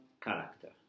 character